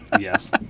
Yes